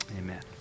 Amen